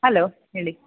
hello ಹೇಳಿ